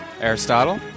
Aristotle